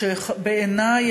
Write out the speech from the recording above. בעיני,